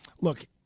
look